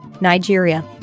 Nigeria